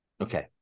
Okay